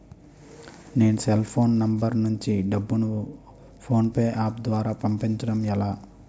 నేను cell phone number నుంచి డబ్బును ను ఫోన్పే అప్ ద్వారా పంపించడం ఎలా?